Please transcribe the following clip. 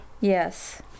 Yes